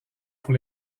pour